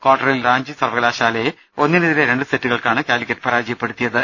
കാർട്ടറിൽ റാഞ്ചി സർവകലാശാലയെ ഒന്നിനെതിരെ രണ്ട് സെറ്റുകൾക്കാണ് കാലിക്കറ്റ് പരാജ യപ്പെടുത്തിയത്